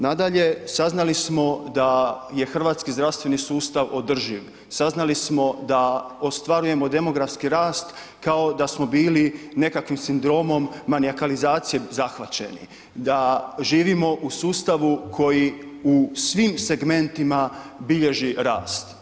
Nadalje, saznali smo da je hrvatski zdravstveni sustav održiv, saznali smo da ostvarujemo demografski rast kao da smo bili nekakvim sindromom manijakalizacije zahvaćeni, da živimo u sustavu koji u svim segmentima bilježi rast.